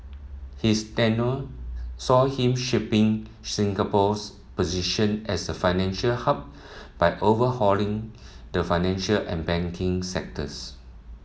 his tenure saw him shaping Singapore's position as a financial hub by overhauling the financial and banking sectors